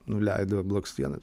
nuleido blakstienas